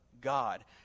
God